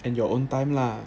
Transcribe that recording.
and your own time lah